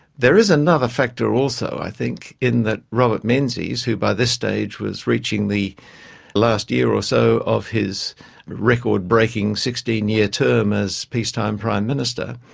there is another factor also i think in that robert menzies, who by this stage was reaching the last year or so of his record-breaking sixteen year term as peacetime prime minister,